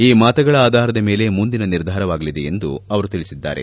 ಈ ಮತಗಳ ಆಧಾರದ ಮೇಲೆ ಮುಂದಿನ ನಿರ್ಧಾರವಾಗಲಿದೆ ಎಂದು ಅವರು ತಿಳಿಸಿದ್ದಾರೆ